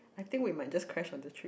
I think we might just crash on the trip